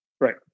right